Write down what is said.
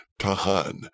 Tahan